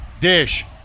Dish